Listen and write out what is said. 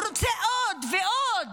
נראה שהוא רוצה עוד ועוד.